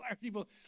people